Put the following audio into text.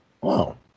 Wow